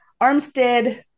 Armstead